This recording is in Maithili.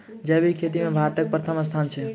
जैबिक खेती मे भारतक परथम स्थान छै